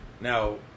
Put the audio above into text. Now